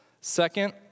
Second